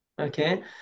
okay